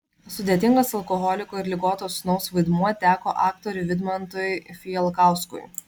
sudėtingas alkoholiko ir ligoto sūnaus vaidmuo teko aktoriui vidmantui fijalkauskui